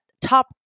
top